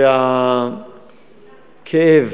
שהכאב